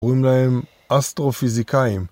קוראים להם אסטרו-פיזיקאיים